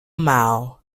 mao